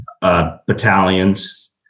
battalions